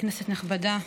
כנסת נכבדה,